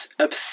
obsessed